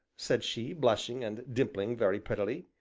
said she, blushing and dimpling very prettily,